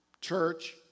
church